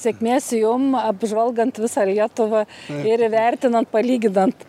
sėkmės jum apžvalgant visą lietuvą ir įvertinant palyginant